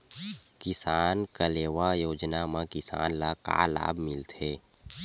किसान कलेवा योजना म किसान ल का लाभ मिलथे?